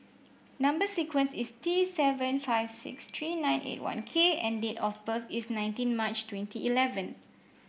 number sequence is T seven five six three nine eight one K and date of birth is nineteen March twenty eleven